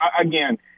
Again